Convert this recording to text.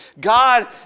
God